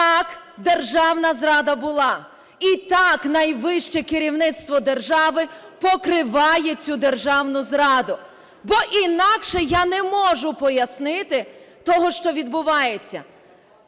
так, державна зрада була і, так, найвище керівництво держави покриває цю державну зраду. Бо інакше я не можу пояснити того, що відбувається.